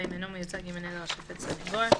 ואם אינו מיוצג ימנה לו השופט סניגור,